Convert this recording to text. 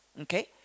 okay